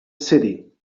city